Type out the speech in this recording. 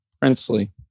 princely